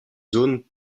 zones